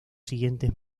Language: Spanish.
siguientes